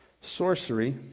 sorcery